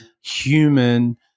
human